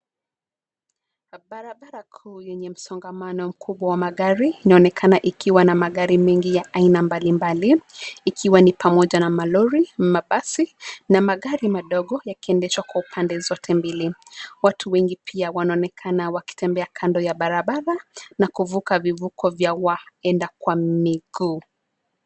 Barabara kuu yenye msongamano mkubwa wa magari inaonekana ikiwa na magari mengi ya aina mbali mbali ikiwa ni pamoja na malori, mabasi na magari madogo yakiendeshwa kwa upande zote mbili. Watu wengi pia wanaonekana wakitembea kando ya barabara na kuvuka vivuko vya waenda kwa miguu.